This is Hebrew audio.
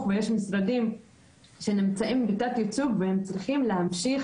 ויש משרדים שנמצאים בתת ייצוג והם צריכים להמשיך